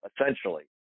essentially